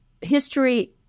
History